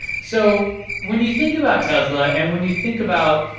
so when you think about tesla and when you think about,